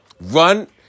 Run